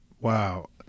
wow